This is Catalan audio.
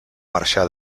marxà